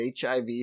HIV